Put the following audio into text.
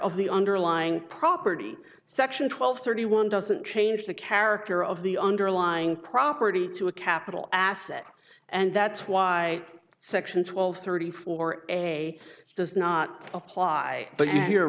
of the underlying property section twelve thirty one doesn't change the character of the underlying property to a capital asset and that's why sections twelve thirty four a does not apply but you're